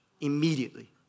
immediately